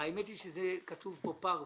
האמת היא שזה כתוב פה פרווה.